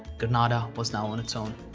granada was now on its own.